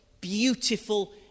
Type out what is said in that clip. beautiful